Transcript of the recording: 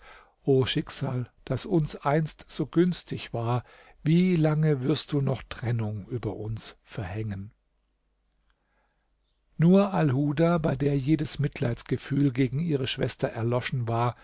o schicksal das uns einst so günstig war wie lange wirst du noch trennung über uns verhängen nur alhuda bei der jedes mitleidsgefühl gegen ihre schwester erloschen war